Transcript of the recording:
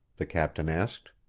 the captain asked.